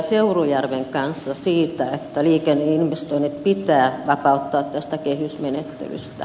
seurujärven kanssa siitä että liikenneinvestoinnit pitää vapauttaa tästä kehysmenettelystä